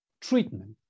treatment